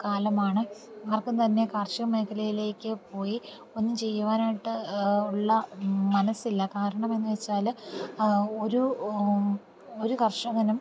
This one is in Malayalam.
കാലമാണ് ആർക്കും തന്നെ കാർഷിക മേഖലയിലേക്ക് പോയി ഒന്നും ചെയ്യുവാനായിട്ട് ഉള്ള മനസ്സില്ല കാരണമെന്നു വച്ചാൽ ഒരു ഒരു കർഷകനും